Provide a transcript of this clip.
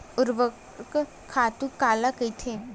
ऊर्वरक खातु काला कहिथे?